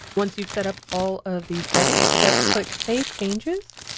once you've setup all of these settings let's click save changes